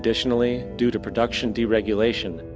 additionally, due to production-deregulation,